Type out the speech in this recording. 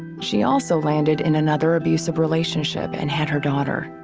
she also landed in another abusive relationship and had her daughter.